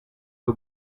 you